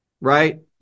right